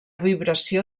vibració